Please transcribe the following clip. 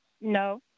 No